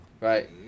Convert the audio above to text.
right